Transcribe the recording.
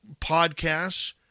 podcasts